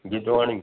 Gidwani